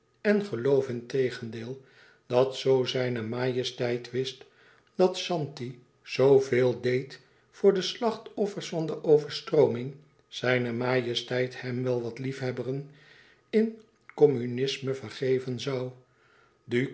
en geloof integendeel dat zoo zijne majesteit wist dat zanti zo veel deed voor de slachtoffers van de overstrooming zijne majesteit hem wel wat lief hebberen in communisme vergeven zoû